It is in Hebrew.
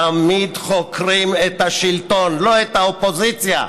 תמיד חוקרים את השלטון, לא את האופוזיציה.